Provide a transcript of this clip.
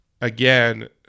again